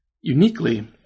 Uniquely